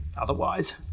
otherwise